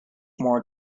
more